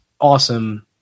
awesome